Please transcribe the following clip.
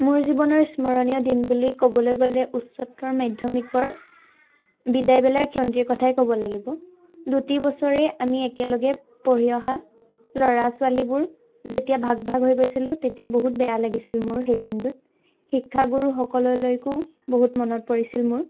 মোৰ জীৱনৰ স্মৰণীয় দিন বুলি ক'বলৈ গ'লে উচ্চতৰ মাধ্যমিকৰ বিদায় বেলাৰ ক্ষণটিৰ কথাই ক'ব লাগিব দুটি বছৰেই আমি একেলগে পঢ়ি অহা ল'ৰা ছোৱালীবোৰ যেতিয়া ভাগ ভাগ হৈ গৈছিলো তেতিয়া বহুত বেয়া লাগিছিল মোৰ সেই দিনটোত শিক্ষাগুৰুসকললৈকো বহুত মনত পৰিছিল মোৰ